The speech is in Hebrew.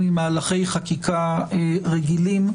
ממהלכי חקיקה רגילים,